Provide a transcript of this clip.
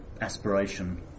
aspiration